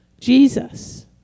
Jesus